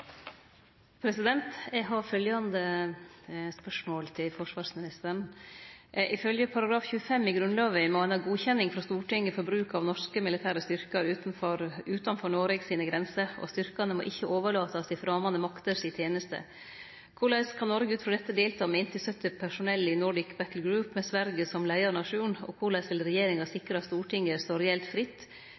organisasjoner. Eg har fylgjande spørsmål til forsvarsministeren: «Ifylgje § 25 i Grunnlova må ein ha godkjenning frå Stortinget for bruk av norske militære styrkar utanfor Noreg sine grenser, og styrkane «må ikkje overlatast i framande makters teneste». Korleis kan Noreg ut frå dette delta med inntil 70 personell i Nordic Battle Group, med Sverige som leiarnasjon, og korleis vil regjeringa sikre at Stortinget står reelt fritt